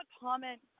comment